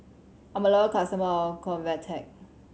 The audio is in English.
I'm a local customer of Convatec